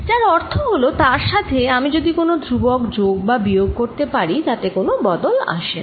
যার অর্থ হল তার সাথে আমি যে কোন ধ্রুবক যোগ বা বিয়োগ করতে পারি ও তাতে কোন বদল আসে না